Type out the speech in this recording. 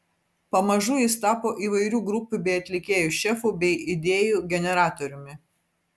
pamažu jis tapo įvairių grupių bei atlikėjų šefu bei idėjų generatoriumi